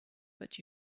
but